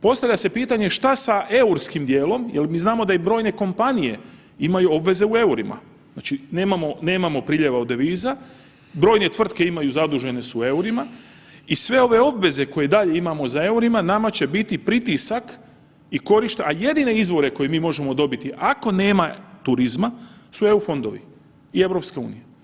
Postavlja se pitanje šta sa eurskim dijelom jel mi znamo da i brojne kompanije imaju obveze u EUR-ima, znači nemamo, nemamo priljeva od deviza, brojne tvrtke imaju zadužene su u EUR-ima i sve ove obveze koje dalje imamo za EUR-ima nama će biti pritisak, a jedine izvore koje mi možemo dobiti ako nema turizma su EU fondovi i EU.